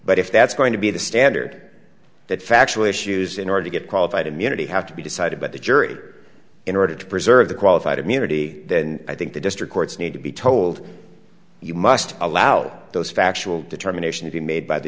but if that's going to be the standard that factual issues in order to get qualified immunity have to be decided by the jury in order to preserve the qualified immunity then i think the district courts need to be told you must allow those factual determination to be made by the